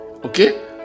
okay